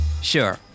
Sure